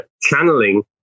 channeling